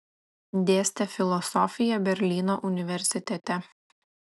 dėstė filosofiją berlyno universitete